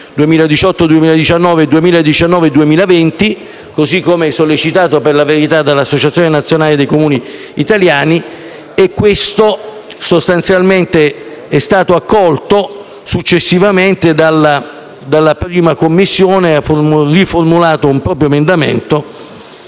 2018-2019 e 2019-2020, così come sollecitato, per la verità, dell'Associazione nazionale dei Comuni italiani e questo sostanzialmente è stato accolto, successivamente, dalla 1a Commissione, che ha riformulato un proprio emendamento